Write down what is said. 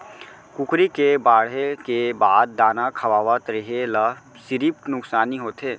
कुकरी के बाड़हे के बाद दाना खवावत रेहे ल सिरिफ नुकसानी होथे